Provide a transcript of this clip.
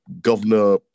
Governor